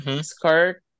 skirt